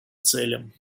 целям